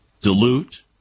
dilute